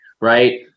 right